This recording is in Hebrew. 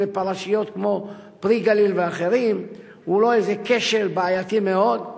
לפרשיות כמו "פרי הגליל" ואחרות היא לא איזה כשל בעייתי מאוד?